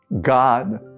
God